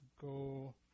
go